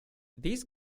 these